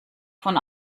von